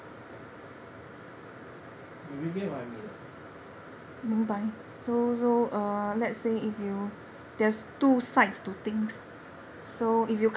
do you get what I mean or not